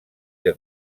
que